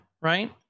Right